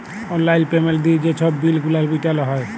অললাইল পেমেল্ট দিঁয়ে যে ছব বিল গুলান মিটাল হ্যয়